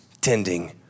tending